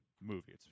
movie